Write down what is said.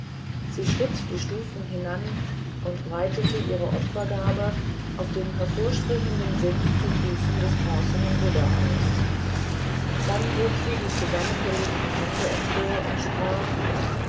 sie schritt die stufen hinan und breitete ihre opfergabe auf dem hervorspringenden sims zu füßen des bronzenen buddha aus dann hob sie die zusammengelegten hände empor und sprach